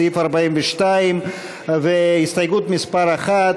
סעיף 42. הסתייגות מס' 1,